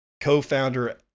Co-founder